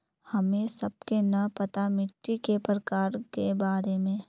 हमें सबके न पता मिट्टी के प्रकार के बारे में?